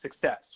success